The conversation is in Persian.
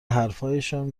حرفهایشان